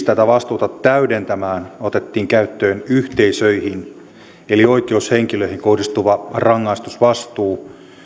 tätä vastuuta täydentämään otettiin käyttöön yhteisöihin eli oikeushenkilöihin kohdistuva rangaistusvastuu